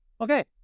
Okay